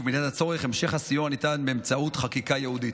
ובמידת הצורך המשך הסיוע ניתן באמצעות חקיקה ייעודית.